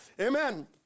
Amen